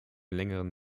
längeren